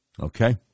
Okay